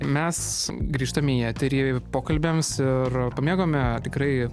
mes grįžtame į eterį pokalbiams ir pamėgome tikrai